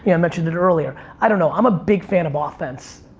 yeah mentioned it earlier. i don't know, i'm a big fan of ah offense.